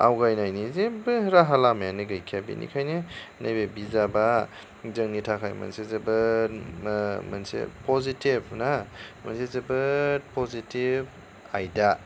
आवगायनायनि जेबो राहा लामायानो गैखाया बेनिखायनो नैबे बिजाबा जोंनि थाखाय मोनसे जोबोद मोनसे पजिटिभ ना मोनसे जोबोर पजिटिभ आयदा